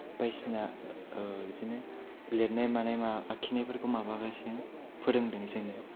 बायदिसिना बिदिनो लेरनाय मानाय मा आखिनायफोरखौ माबा गासिनो फोरोंदों जोंनो